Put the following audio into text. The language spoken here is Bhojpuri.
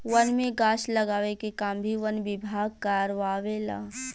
वन में गाछ लगावे के काम भी वन विभाग कारवावे ला